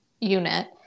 unit